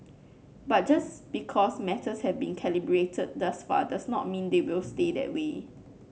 but just because matters have been calibrated thus far does not mean they will stay that way